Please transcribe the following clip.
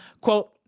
Quote